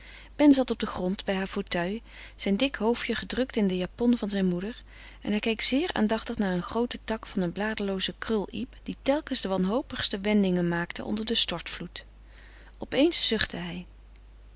ben zat op den grond bij haar fauteuil zijn dik hoofdje gedrukt in de japon zijner moeder en hij keek zeer aandachtig naar een grooten tak van een bladerloozen kruliep die telkens de wanhopigste wendingen maakte onder den stortvloed op eens zuchtte hij